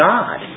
God